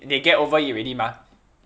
they get over it already mah